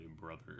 brother